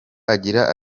agira